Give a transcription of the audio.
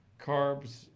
carbs